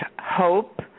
hope